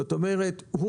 זאת אומרת,